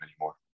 anymore